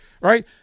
Right